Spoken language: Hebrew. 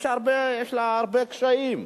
יש בה הרבה קשיים,